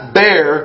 bear